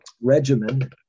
regimen